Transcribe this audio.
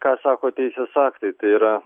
ką sako teisės aktai tai yra